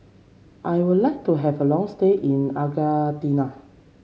I would like to have a long stay in Argentina